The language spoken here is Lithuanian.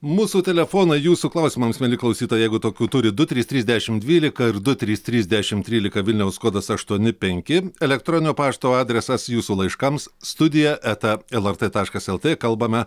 mūsų telefonai jūsų klausimams mieli klausytojai jeigu tokių turit du trys trys dešimt dvylika ir du trys trys dešimt trylika vilniaus kodas aštuoni penki elektroninio pašto adresas jūsų laiškams studija eta lrt taškas lt kalbame